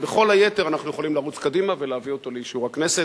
ובכל היתר אנחנו יכולים לרוץ קדימה ולהביא אותו לאישור הכנסת.